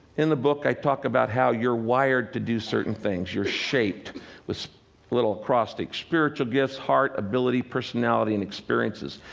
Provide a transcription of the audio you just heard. in the book, i talk about how you're wired to do certain things, you're shaped with a little acrostic spiritual gifts, heart, ability, personality and experiences.